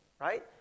right